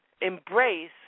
embrace